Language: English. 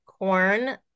corn